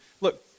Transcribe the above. Look